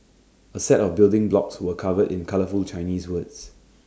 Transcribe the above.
A set of building blocks were covered in colourful Chinese words